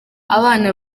abana